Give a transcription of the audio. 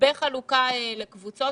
בחלוקה לקבוצות,